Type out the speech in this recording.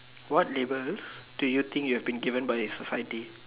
what labels do you think you have been given by society